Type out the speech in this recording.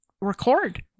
record